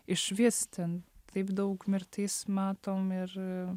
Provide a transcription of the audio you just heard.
iš vis ten taip daug mirtis matom ir